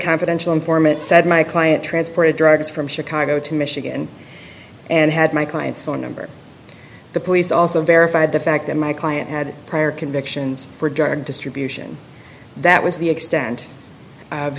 confidential informant said my client transported drugs from chicago to michigan and had my client's phone number the police also verified the fact that my client had prior convictions for drug distribution that was the extent of